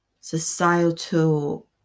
societal